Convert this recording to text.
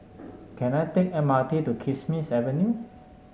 can I take the M R T to Kismis Avenue